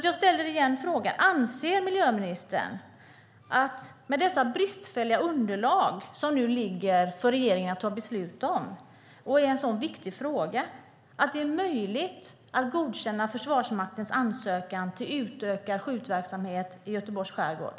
Jag ställer frågan igen: Anser miljöministern, med det bristfälliga underlag som regeringen nu har för att fatta beslut i en så viktig fråga, att det är möjligt att godkänna Försvarsmaktens ansökan om utökad skjutverksamhet i Göteborgs skärgård?